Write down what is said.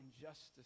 injustice